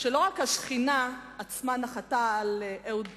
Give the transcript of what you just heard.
הוא שלא רק השכינה עצמה נחתה על אהוד ברק,